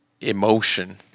emotion